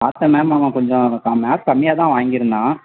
பார்த்தேன் மேம் ஆமாம் கொஞ்சம் கம் மேக்ஸ் கம்மியாகதான் வாங்கியிருந்தான்